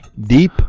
Deep